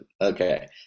okay